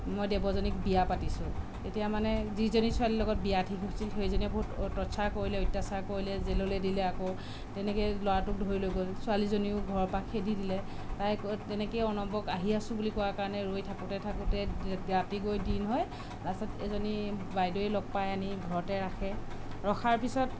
মই দেৱযানীক বিয়া পাতিছোঁ তেতিয়া মানে যিজনী ছোৱালী লগত বিয়া ঠিক হৈছিল সেইজনীয়ে বহুত টৰ্চাৰ কৰিলে অত্যাচাৰ কৰিলে জেললৈ দিলে আকৌ তেনেকে ল'ৰাটোক ধৰি লৈ গ'ল ছোৱালীজনীও ঘৰৰ পৰা খেদি দিলে তাই তেনেকেই অৰ্ণৱক আহি আছোঁ বুলি কোৱা কাৰণে ৰৈ থাকোঁতে থাকোঁতে ৰাতি গৈ দিন হয় লাষ্টত এজনী বাইদেৱে লগ পাই আনি ঘৰতে ৰাখে ৰখাৰ পিছত